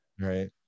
Right